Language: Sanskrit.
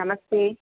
नमस्ते